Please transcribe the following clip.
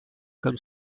comme